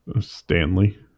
Stanley